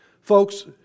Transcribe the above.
Folks